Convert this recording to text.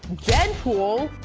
deadpool.